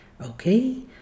Okay